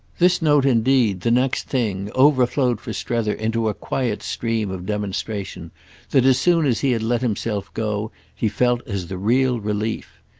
this note indeed the next thing overflowed for strether into a quiet stream of demonstration that as soon as he had let himself go he felt as the real relief.